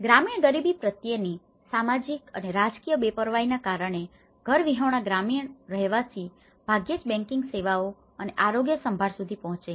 ગ્રામીણ ગરીબી પ્રત્યેની સામાજિક અને રાજકીય બેપરવાઈના કારણે ઘરવિહોણા ગ્રામીણ રહેવાસીઓ ભાગ્યે જ બેન્કિંગ સેવાઓ અને આરોગ્ય સંભાળ સુધી પહોંચે છે